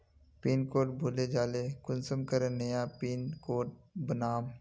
Pin code भूले जाले कुंसम करे नया पिन कोड बनाम?